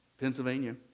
Pennsylvania